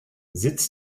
sitz